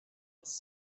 its